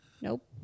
Nope